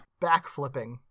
Backflipping